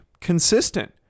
consistent